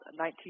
$19